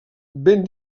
ben